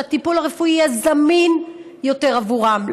שהטיפול הרפואי יהיה זמין יותר עבורם,